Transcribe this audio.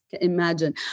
Imagine